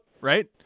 right